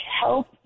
help